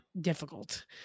difficult